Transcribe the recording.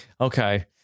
Okay